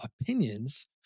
opinions